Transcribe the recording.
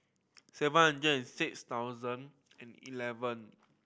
seven hundred and six thousand and eleven